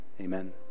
amen